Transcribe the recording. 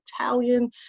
Italian